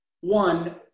one